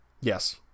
Yes